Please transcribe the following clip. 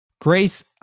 grace